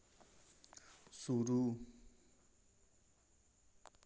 शुरू